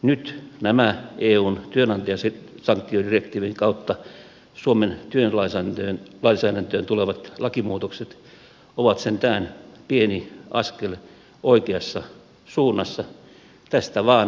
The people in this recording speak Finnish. nyt nämä eun työnantajasanktiodirektiivin kautta suomen työlainsäädäntöön tulevat lakimuutokset ovat sentään pieni askel oikeassa suunnassa tästä vaan eteenpäin